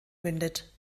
mündet